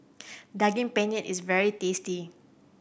Daging Penyet is very tasty